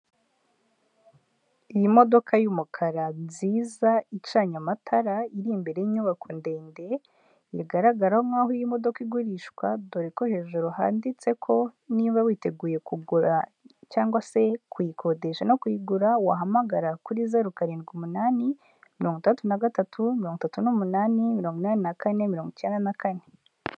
Iyi modoka y'umukara nziza icanye amatara, iri imbere y'inyubako ndende, bigaragara nk'aho iyi modoka igurishwa, dore ko hejuru handitse ko niba witeguye kugura cyangwa se kuyikodesha no kuyigura wahamagara kuri: zeru karindwi, umunani mirongo itandatu na gatatu, mirongo itatu n'umunani, mirongo inani na kane, mirongo icyenda na kane.